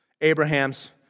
Abraham's